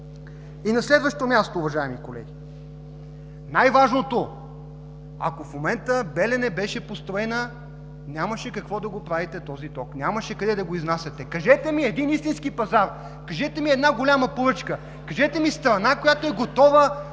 На следващо място, уважаеми колеги! Най-важното, ако в момента „Белене“ беше построена, нямаше какво да го правите този ток, нямаше къде да го изнасяте. (Шум и реплики от БСП ЛБ.) Кажете ми един истински пазар! Кажете ми една голяма поръчка! Кажете ми страна, която е готова